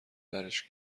برش